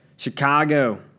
Chicago